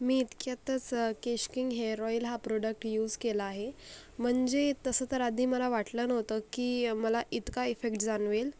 मी इतक्यातच Kesh King hair oil हा product use केला आहे म्हणजे तसं तर आधी मला वाटलं नव्हतं की मला इतका इफेक्ट जाणवेल